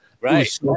Right